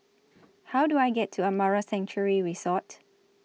How Do I get to Amara Sanctuary Resort